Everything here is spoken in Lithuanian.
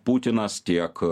putinas tiek